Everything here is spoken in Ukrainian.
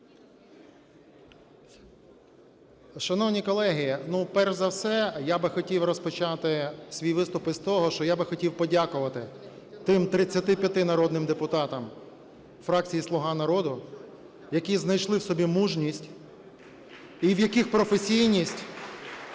Шановні колеги, перш за все я би хотів розпочати свій виступ із того, що я би хотів подякувати тим 35 народним депутатам фракції "Слуга народу", які знайшли в собі мужність і в яких професійність